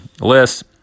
list